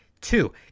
Two